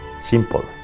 Simple